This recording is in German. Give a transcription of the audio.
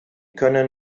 können